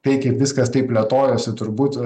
tai kaip viskas taip plėtojosi turbūt